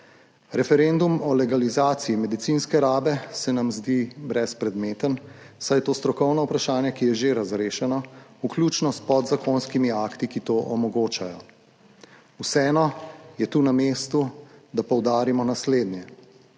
Referendum o legalizaciji medicinske rabe se nam zdi brezpredmeten, saj je to strokovno vprašanje, ki je že razrešeno, vključno s podzakonskimi akti, ki to omogočajo. Vseeno je tu na mestu, da poudarimo naslednje: